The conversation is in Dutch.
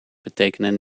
betekenen